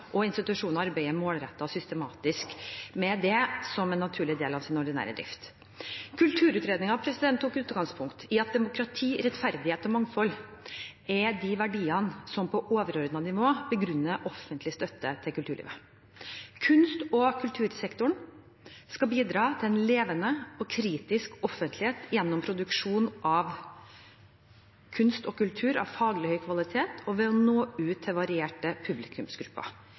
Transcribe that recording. og institusjoner arbeider målrettet og systematisk med det som en naturlig del av sin ordinære drift. Kulturutredningen tok utgangspunkt i at demokrati, rettferdighet og mangfold er de verdiene som på overordnet nivå begrunner offentlig støtte til kulturlivet. Kunst- og kultursektoren skal bidra til en levende og kritisk offentlighet gjennom produksjon av kunst og kultur av faglig høy kvalitet og ved å nå ut til varierte publikumsgrupper.